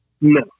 No